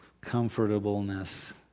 comfortableness